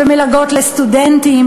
במלגות לסטודנטים,